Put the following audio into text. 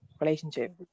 relationship